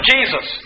Jesus